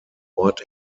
ort